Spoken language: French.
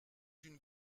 d’une